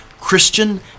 Christian